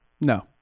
No